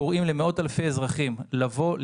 אנחנו קוראים למאות אלפי אזרחים לבוא,